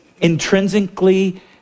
intrinsically